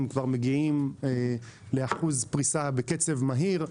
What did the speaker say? וכבר מגיעים לאחוז פריסה בקצב מהיר.